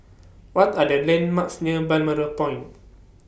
What Are The landmarks near Balmoral Point